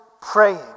praying